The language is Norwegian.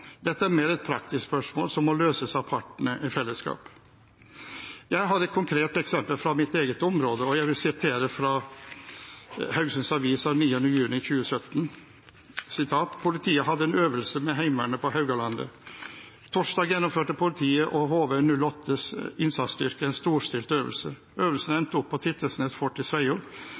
Dette er mer et praktisk spørsmål som må løses av partene i fellesskap. Jeg har et konkret eksempel fra mitt eget område, og jeg vil sitere fra Haugesunds Avis av 9. juni 2017: «Politiet hadde øvelse med Heimevernet på Haugalandet Torsdag gjennomførte politiet og HV-08s innsatsstyrke en storstilt fellesøvelse. Øvelsen endte opp på Tittelsnes Fort i Sveio,